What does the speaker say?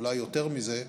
אולי יותר מזה,